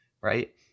right